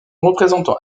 représentant